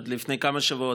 עד לפני כמה שבועות,